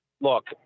look –